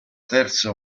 terza